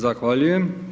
Zahvaljujem.